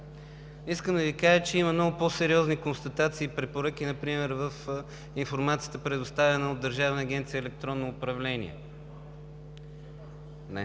Искам да Ви кажа, че има много по сериозни констатации и препоръки например в информацията, предоставена от Държавната агенция „Електронно управление“.